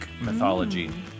mythology